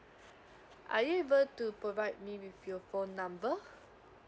are you able to provide me with your phone number